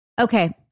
Okay